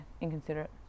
inconsiderate